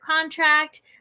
contract